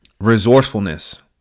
resourcefulness